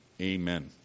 Amen